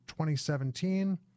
2017